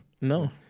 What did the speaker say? No